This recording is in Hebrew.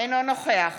אינו נוכח